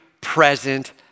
present